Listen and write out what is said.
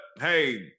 hey